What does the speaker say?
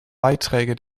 beiträge